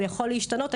הוא יכול להשתנות,